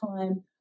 time